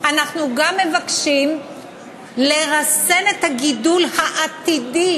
אנחנו גם מבקשים לרסן את הגידול העתידי